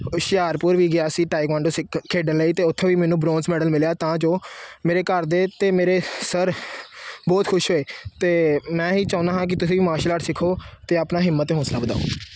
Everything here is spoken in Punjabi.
ਹੁਸ਼ਿਆਰਪੁਰ ਵੀ ਗਿਆ ਸੀ ਟਾਈਕਵਾਂਡੂ ਸਿੱਖ ਖੇਡਣ ਲਈ ਅਤੇ ਉੱਥੋਂ ਵੀ ਮੈਨੂੰ ਬਰੋਂਜ ਮੈਡਲ ਮਿਲਿਆ ਤਾਂ ਜੋ ਮੇਰੇ ਘਰ ਦੇ ਅਤੇ ਮੇਰੇ ਸਰ ਬਹੁਤ ਖੁਸ਼ ਹੋਏ ਅਤੇ ਮੈਂ ਇਹੀ ਚਾਹੁੰਦਾ ਹਾਂ ਕਿ ਤੁਸੀਂ ਵੀ ਮਾਰਸ਼ਲ ਆਰਟਸ ਸਿੱਖੋ ਅਤੇ ਆਪਣਾ ਹਿੰਮਤ ਅਤੇ ਹੌਸਲਾ ਵਧਾਓ